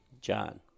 John